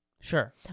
Sure